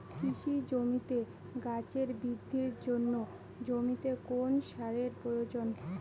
কৃষি জমিতে গাছের বৃদ্ধির জন্য জমিতে কোন সারের প্রয়োজন?